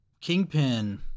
Kingpin